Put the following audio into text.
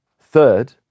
third